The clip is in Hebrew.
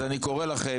אז אני קורא לכם,